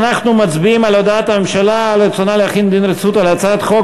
אנחנו מצביעים על הודעת הממשלה על רצונה להחיל דין רציפות על הצעת חוק